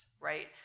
right